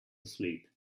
asleep